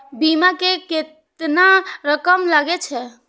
बीमा में केतना रकम लगे छै?